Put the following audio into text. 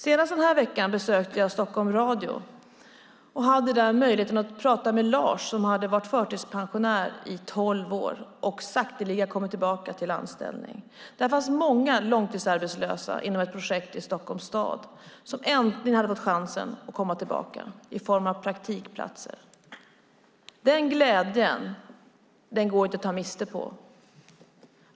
Senast den här veckan besökte jag Stockholm Radio och hade där möjligheten att prata med Lars, som hade varit förtidspensionär i tolv år och sakteliga kommit tillbaka till anställning. Där fanns många långtidsarbetslösa som genom ett projekt i Stockholms stad äntligen hade fått chansen att komma tillbaka i form av praktikplatser. Deras glädje gick inte att ta miste på.